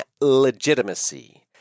legitimacy